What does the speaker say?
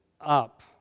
up